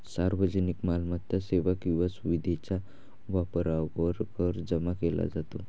सार्वजनिक मालमत्ता, सेवा किंवा सुविधेच्या वापरावर कर जमा केला जातो